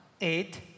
Eight